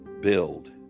build